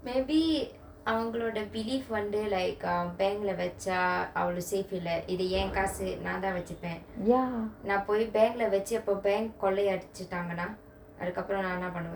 maybe அவங்களோட:avangaloda believe வந்து:vanthu like err bank lah வச்சா அவளோ:vacha avalo safe இல்ல இது யே காசு நா தா வச்சிப்ப நா போய்:illa ithu ye kaasu na tha vachippa na poy bank lah வச்சு அப:vachu apa bank கொல்லயடிசிட்டாங்கனா அதுகப்ரோ நா என்ன பண்ணுவ:kollayadichitangana athukapro na enna pannuva